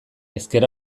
ezker